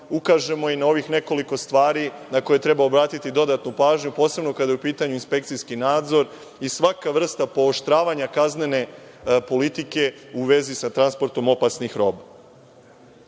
ukažemo i na ovih nekoliko stvari na koje treba obratiti dodatnu pažnju, posebno kada je u pitanju inspekcijski nadzor i svaka vrsta pooštravanja kaznene politike u vezi sa transportom opasnih